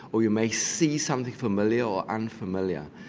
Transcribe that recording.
or you may see something familiar or unfamiliar.